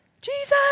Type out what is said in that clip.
Jesus